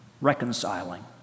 reconciling